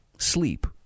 Sleep